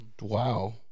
Wow